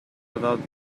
without